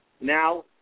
Now